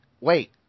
wait